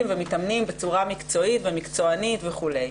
ומתאמנים בצורה מקצועית ומקצוענית וכו'.